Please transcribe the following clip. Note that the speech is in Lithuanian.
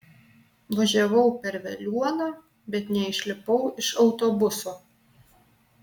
važiavau per veliuoną bet neišlipau iš autobuso